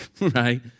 right